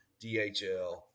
DHL